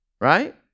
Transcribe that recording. right